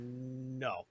no